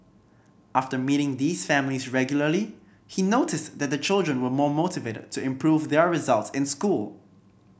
after meeting these families regularly he noticed that the children were more motivated to improve their results in school